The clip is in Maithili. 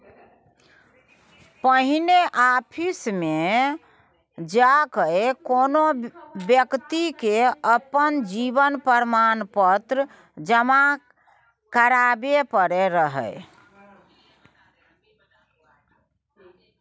पहिने आफिसमे जा कए कोनो बेकती के अपन जीवन प्रमाण पत्र जमा कराबै परै रहय